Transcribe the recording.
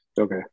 okay